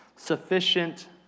Sufficient